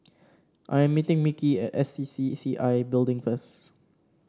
I am meeting Mickey at S C C C I Building first